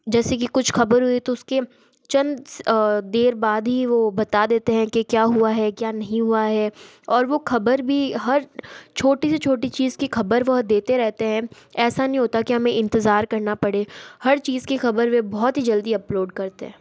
जैसे कि कुछ खबर हुई तो उसके चंद देर बाद ही वह बता देते है कि क्या हुआ है क्या नहीं हुआ है और वह खबर भी हर छोटी से छोटी चीज़ की वह खबर देते रहते हैं ऐसा नहीं होता कि हमें इंतज़ार करना पड़े हर चीज़ की खबर वे बहुत ही जल्दी अपलोड करते हैं